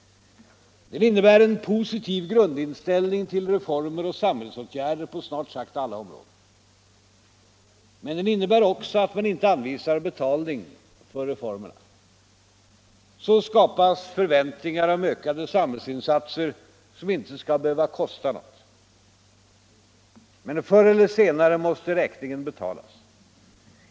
Den innebär en positiv grundinställning till reformer och samhällsåtgärder på snart sagt alla områden. Men den innebär också att man inte anvisar betalning för reformerna. Så skapas förväntningar om ökade samhällsinsatser som inte skall behöva kosta något. Men förr eller senare måste räkningen betalas.